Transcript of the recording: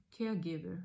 caregiver